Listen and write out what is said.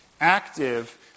active